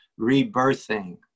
rebirthing